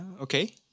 Okay